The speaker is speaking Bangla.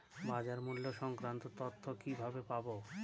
বাজার মূল্য সংক্রান্ত তথ্য কিভাবে পাবো?